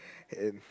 and